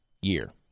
year